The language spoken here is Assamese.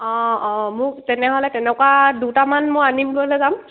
অঁ অঁ মোক তেনেহ'লে তেনেকুৱা দুটামান মই আনিবলে যাম